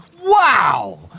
Wow